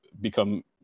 become